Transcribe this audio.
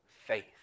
faith